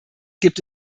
gibt